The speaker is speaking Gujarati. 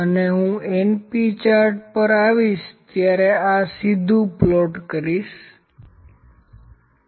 અને હું np ચાર્ટ પર આવીશ જ્યારે આ સીધુ પ્લોટ કરીશુ